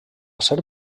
ser